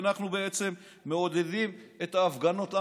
אנחנו בעצם מעודדים את ההפגנות.